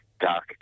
dark